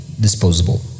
disposable